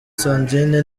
sandrine